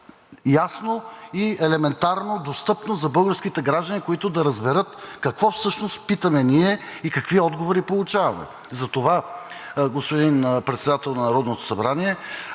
и елементарно, достъпно за българските граждани, които да разберат какво всъщност питаме ние и какви отговори получаваме. Затова, господин Председател на Народното събрание,